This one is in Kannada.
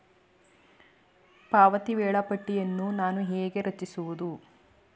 ಪಾವತಿ ವೇಳಾಪಟ್ಟಿಯನ್ನು ನಾನು ಹೇಗೆ ರಚಿಸುವುದು?